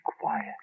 quiet